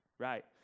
Right